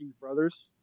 brothers